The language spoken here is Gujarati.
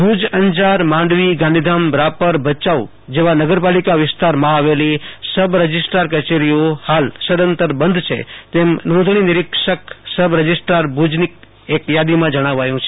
ભુજ અંજાર ગાંધીધામ રાપર ભચાઉ માંડવી જેવા નગરપાલિકા વિસ્તાર માં આવેલી સબ રજિસ્ટ્રાર કચેરીઓ હાલ સદંતર બંધ છે તેમ નોંધણી નિરીક્ષક સબ રજિસ્ટ્રાર ભુજની કચેરી દ્વારા જણાવાયું છે